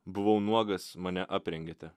buvau nuogas mane aprengėte